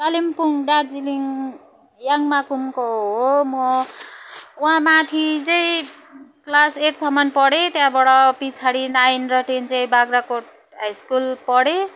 कालिम्पोङ दार्जिलिङ याङ्माकुमको हो म वहाँ माथि चाहिँ क्लास एटसम्म पढेँ त्यहाँबाट पछाडि नाइन र टेन चाहिँ बाख्राकोट हाई स्कुल पढेँ